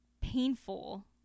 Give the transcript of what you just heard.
painful